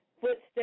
footsteps